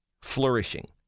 flourishing